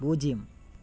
பூஜ்ஜியம்